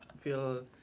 feel